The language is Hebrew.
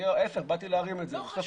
ההפך, באתי להרים את זה.